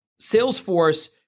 Salesforce